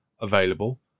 available